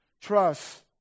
trust